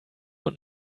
und